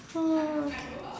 okay